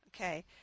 Okay